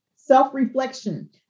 Self-reflection